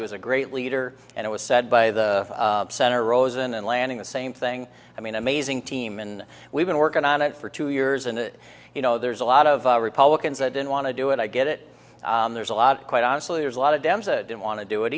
he was a great leader and it was said by the center rosen and landing the same thing i mean amazing team and we've been working on it for two years and you know there's a lot of republicans that didn't want to do it i get it there's a lot quite honestly there's a lot of dems don't want to do it